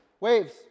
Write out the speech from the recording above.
waves